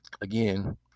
again